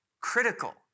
critical